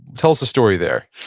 tell us a story there